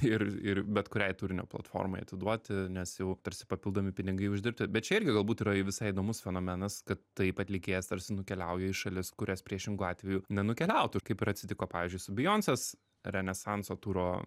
ir ir bet kuriai turinio platformai atiduoti nes jau tarsi papildomi pinigai uždirbti bet čia irgi galbūt yra visai įdomus fenomenas kad taip atlikėjas tarsi nukeliauja į šalis kurias priešingu atveju nenukeliautų kaip ir atsitiko pavyzdžiui su bijoncės renesanso turo